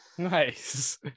Nice